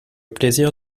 plaisir